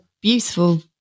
beautiful